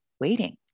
waiting